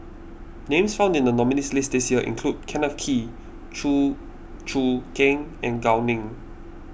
names found in the nominees' list this year include Kenneth Kee Chew Choo Keng and Gao Ning